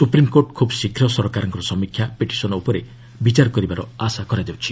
supreme court ଖୁବ୍ ଶୀଘ୍ର ସରକାରଙ୍କ ସମୀକ୍ଷା ପିଟିସନ୍ ଉପରେ ବିଚାର କରିବାର ଆଶା କରାଯାଉଛି